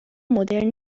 مدرن